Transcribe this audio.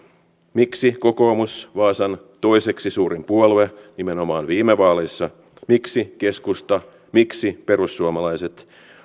miksi kokoomus vaasan toiseksi suurin puolue nimenomaan viime vaaleissa miksi keskusta miksi perussuomalaiset